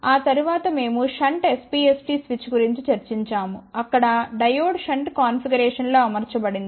ఆ తరువాత మేము షంట్ SPST స్విచ్ గురించి చర్చించాము అక్కడ డయోడ్ షంట్ కాన్ఫిగరేషన్లో అమర్చబడింది